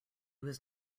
was